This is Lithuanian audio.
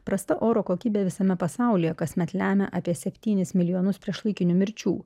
prasta oro kokybė visame pasaulyje kasmet lemia apie septynis milijonus priešlaikinių mirčių